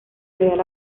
real